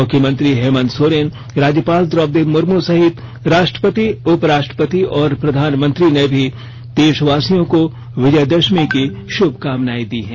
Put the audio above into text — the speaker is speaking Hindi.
मुख्यमंत्री हेमंत सोरेन राज्यपाल द्रोपदी मुर्मू सहित राष्ट्रपति उपराष्ट्रपति और प्रधानमंत्री ने भी देशवासियों को विजयदशमी की शुभकामनाएं दी हैं